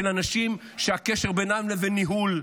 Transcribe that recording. של אנשים שהקשר בינם לבין ניהול,